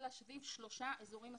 שלה סביב שלושה אזורים אסטרטגיים,